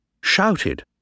shouted